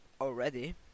already